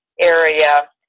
area